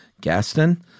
Gaston